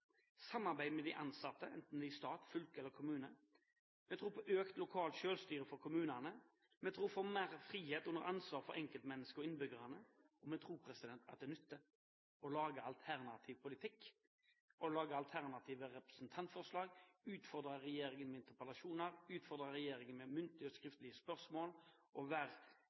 samarbeid med de ansatte – enten i stat, fylke eller i kommune. Vi tror på økt lokalt selvstyre for kommunene. Vi tror på mer frihet under ansvar for enkeltmennesker og innbyggere, og vi tror at det nytter å lage alternativ politikk og lage alternative representantforslag, utfordre regjeringen med interpellasjoner, utfordre regjeringen med muntlige og skriftlige spørsmål og